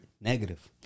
Negative